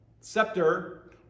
scepter